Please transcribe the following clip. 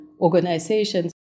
organizations